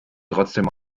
trotzdem